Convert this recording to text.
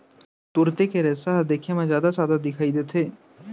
तुरते के रेसा ह देखे म जादा सादा दिखई देथे